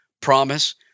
promise